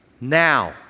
now